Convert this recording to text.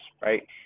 right